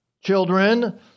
Children